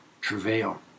travail